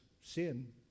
sin